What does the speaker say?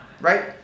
Right